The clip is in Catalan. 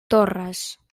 torres